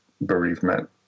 bereavement